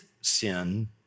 sin